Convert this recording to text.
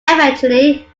eventually